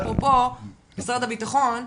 אפרופו משרד הבטחון,